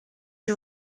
you